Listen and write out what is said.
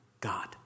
God